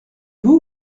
vous